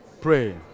Pray